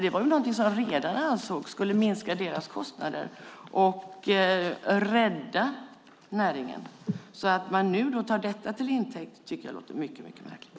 Det var någonting som redarna ansåg skulle minska deras kostnader och rädda näringen. Att man nu tar detta till intäkt för sin uppfattning tycker jag är mycket märkligt.